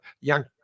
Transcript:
young